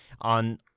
on